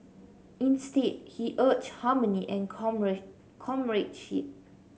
instead he urged harmony and comradeship